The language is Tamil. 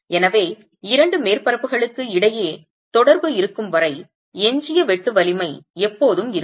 எனவே இரண்டு மேற்பரப்புகளுக்கு இடையே தொடர்பு இருக்கும் வரை எஞ்சிய வெட்டு வலிமை எப்போதும் இருக்கும்